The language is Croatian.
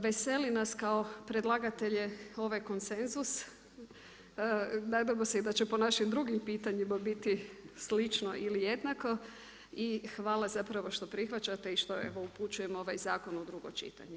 Veseli nas kao predlagatelje ovaj konsenzus, nadamo se i da će po našim drugim pitanjima biti slično ili jednako i hvala zapravo što prihvaćate i što evo upućujemo ovaj zakon u drugo čitanje.